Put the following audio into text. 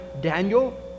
Daniel